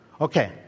Okay